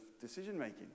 decision-making